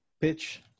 pitch